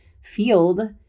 field